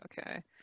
Okay